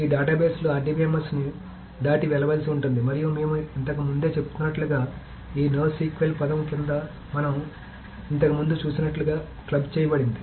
ఈ డేటాబేస్లు RDBMS ని దాటి వెళ్లవలసి ఉంటుంది మరియు మేము ఇంతకు ముందే చెబుతున్నట్లుగా ఈ NoSQL పదం కింద మనం ఇంతకు ముందు చూసినట్లుగా క్లబ్ చేయబడింది